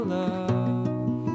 love